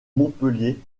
montpellier